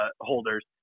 holders